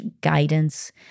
guidance